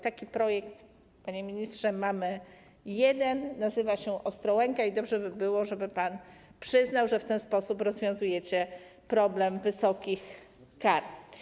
Taki projekt, panie ministrze, mamy jeden, nazywa się Ostrołęka i dobrze by było, żeby pan przyznał, że w ten sposób rozwiązujecie problem wysokich kar.